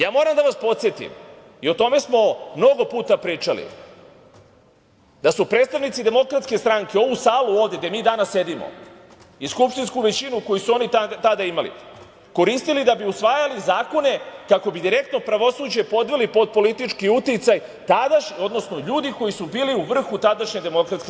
Ja moram da vas podsetim i o tome smo mnogo puta pričali, da su predstavnici DS ovu salu ovde gde mi danas sedimo i skupštinsku većinu koju su oni tada imali, koristili da bi usvajali zakone kako bi direktno pravosuđe podveli pod politički uticaj, odnosno ljudi koji su bili u vrhu tadašnje DS.